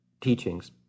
teachings